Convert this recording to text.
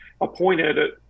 appointed